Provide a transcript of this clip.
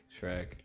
Shrek